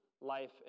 life